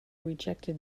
rejected